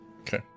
Okay